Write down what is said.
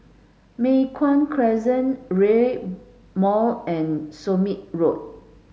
Mei Hwan Crescent Rail Mall and Somme Road